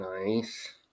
Nice